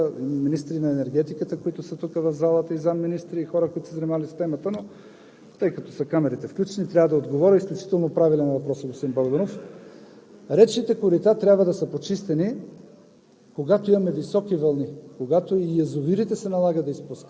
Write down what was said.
на екологията, и госпожа Василева, има заместник-министри тук в залата, министри на енергетиката, които са тук в залата, и заместник-министри, и хора, които се занимаваме с това. Тъй като камерите са включени, трябва да отговоря. Изключително правилен е въпросът, господин Богданов. Речните корита трябва да са почистени,